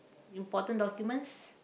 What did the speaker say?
important documents